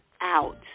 out